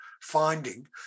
finding